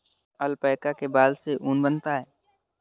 alpaca के बाल से ऊन बनता है